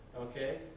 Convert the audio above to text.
Okay